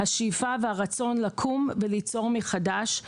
השאיפה והרצון לקום מחדש,